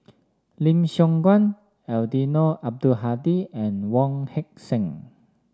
Lim Siong Guan Eddino Abdul Hadi and Wong Heck Sing